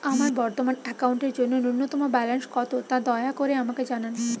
আমার বর্তমান অ্যাকাউন্টের জন্য ন্যূনতম ব্যালেন্স কত তা দয়া করে আমাকে জানান